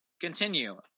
continue